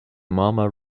mama